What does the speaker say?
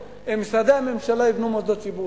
שמשרדי הממשלה יבנו מוסדות ציבור.